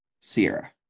sierra